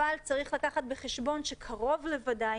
אבל צריך לקחת בחשבון שקרוב לוודאי,